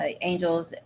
angels